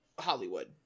Hollywood